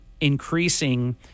increasing